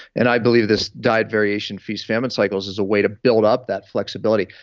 and i believe this diet variation feast-famine cycles is a way to build up that flexibility,